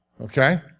okay